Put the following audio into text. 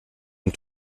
mit